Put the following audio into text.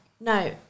No